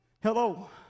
Hello